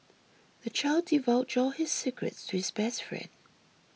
the child divulged all his secrets to his best friend